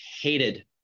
hated